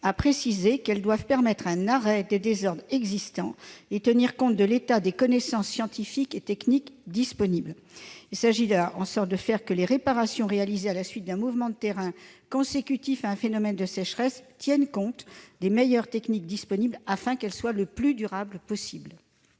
aux assurés doivent permettre « un arrêt des désordres existants [...], en tenant compte de l'état des connaissances scientifiques et techniques disponibles ». Il s'agit de faire en sorte que les réparations réalisées à la suite d'un mouvement de terrain consécutif à un phénomène de sécheresse tiennent compte des meilleures techniques disponibles, afin qu'elles soient le plus durables possible.